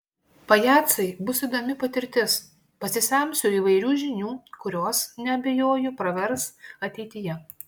pajacai bus įdomi patirtis pasisemsiu įvairių žinių kurios neabejoju pravers ateityje